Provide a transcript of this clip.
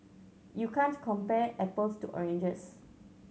you can't compare apples to oranges